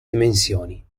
dimensioni